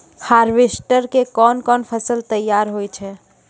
Harvester के कोन कोन फसल तैयार होय छै?